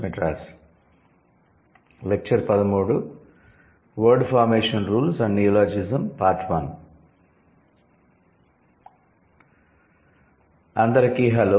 word formation rules and neologism part 1 అందరికీ hello